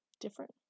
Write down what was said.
different